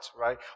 right